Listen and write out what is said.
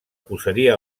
posaria